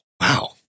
Wow